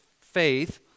faith